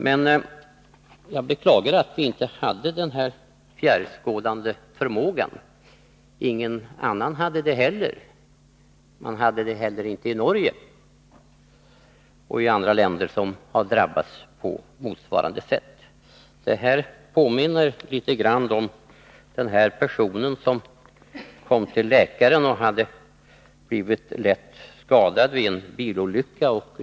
Men jag beklagar att vi inte hade den fjärrskådande förmågan. Ingen annan hade det heller. Man hade det heller inte i Norge eller i andra länder som har drabbats på motsvarande sätt. Det här påminner litet om personen som kom till läkaren och hade blivit lätt skadad vid en bilolycka.